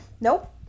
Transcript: Nope